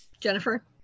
Jennifer